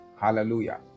Hallelujah